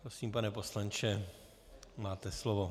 Prosím, pane poslanče, máte slovo.